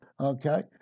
okay